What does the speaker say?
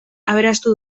aberastu